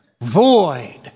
void